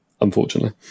unfortunately